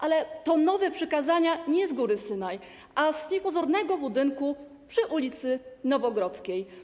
Ale to nowe przykazania nie z góry Synaj, a z niepozornego budynku przy ul. Nowogrodzkiej.